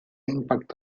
impact